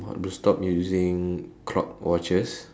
will stop using clock watches